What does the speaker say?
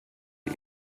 die